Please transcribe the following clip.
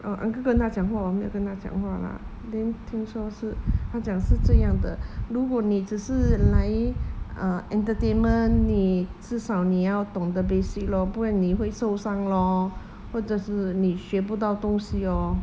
err uncle 跟他讲话我没有跟他讲话 lah then 听说是他讲是这样的如果你只是来 uh entertainment 你至少你要懂得 basic lor 不然你会受伤 lor 或者是你学不到东西哦